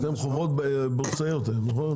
אתם חברות בורסאיות היום, נכון?